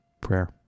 Prayer